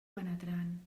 penetrant